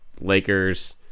Lakers